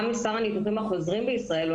גם מספר הניתוחים החוזרים בישראל הוא